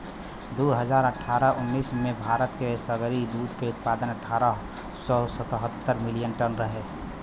दू हज़ार अठारह उन्नीस में भारत के सगरी दूध के उत्पादन अठारह सौ सतहत्तर मिलियन टन रहे